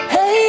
Hey